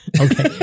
okay